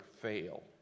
fail